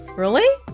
really?